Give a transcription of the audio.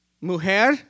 mujer